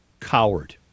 coward